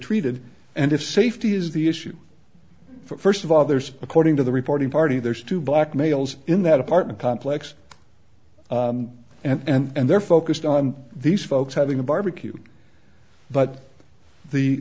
treated and if safety is the issue first of all there's according to the reporting party there's two black males in that apartment complex and they're focused on these folks having a barbecue but